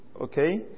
Okay